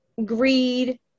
Greed